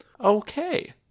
Okay